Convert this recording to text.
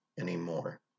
anymore